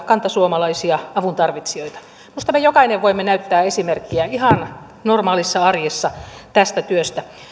kantasuomalaisia avuntarvitsijoita minusta me jokainen voimme näyttää esimerkkiä ihan normaalissa arjessa tästä työstä